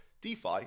DeFi